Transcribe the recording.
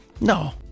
No